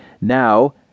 Now